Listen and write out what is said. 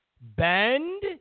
Bend